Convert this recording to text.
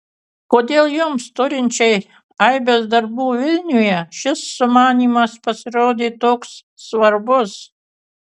kodėl jums turinčiai aibes darbų vilniuje šis sumanymas pasirodė toks svarbus